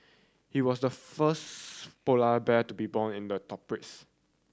he was the first polar bad be born in the tropics